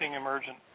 emergent